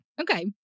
Okay